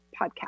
podcast